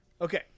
Okay